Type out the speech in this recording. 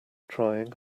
trying